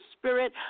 spirit